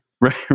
right